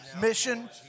mission